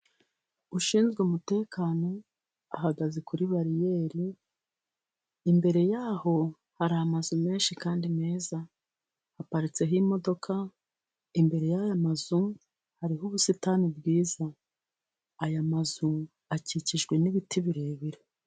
Ushinzwe umutekano ahagaze kuri bariyeri, imbere yaho hari amazu menshi kandi meza haparitseho imodoka, imbere yaya mazu hariho ubusitani bwiza aya mazu akikijwe n'ibiti birebire.